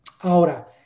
Ahora